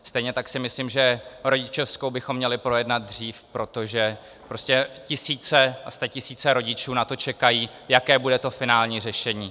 Stejně tak si myslím, že rodičovskou bychom měli projednat dřív, protože prostě tisíce a statisíce rodičů na to čekají, jaké bude to finální řešení.